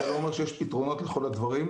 זה לא אומר שיש פתרונות לכל הדברים,